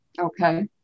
okay